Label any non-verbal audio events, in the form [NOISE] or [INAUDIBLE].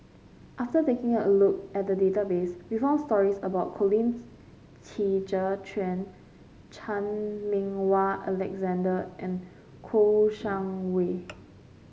after taking a look at the database we found stories about Colin [UNINTELLIGIBLE] Qi Zhe Quan Chan Meng Wah Alexander and Kouo Shang Wei